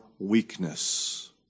weakness